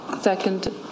Second